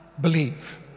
believe